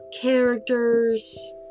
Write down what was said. characters